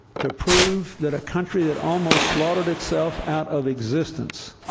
to prove that a country that almost slaughtered itself out of existence